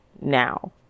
now